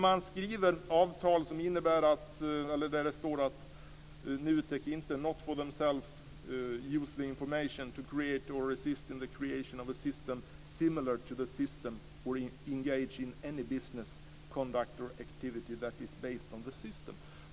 Man skriver avtal där det står att NUTEK not for themselves use the information to create or assist in the creation of a system similar to the system or engage in any business, conduct or activity that is based on the system.